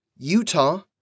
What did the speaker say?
Utah